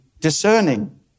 discerning